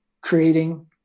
creating